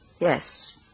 Yes